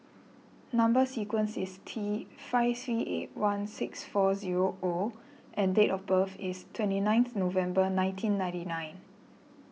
Number Sequence is T five three eight one six four zero O and date of birth is twenty ninth November nineteen ninety nine